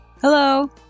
Hello